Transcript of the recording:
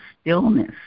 stillness